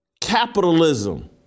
capitalism